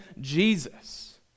Jesus